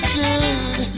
good